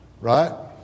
Right